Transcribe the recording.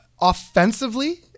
offensively